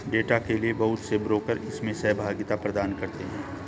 data के लिये बहुत से ब्रोकर इसमें सहभागिता प्रदान करते हैं